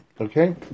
Okay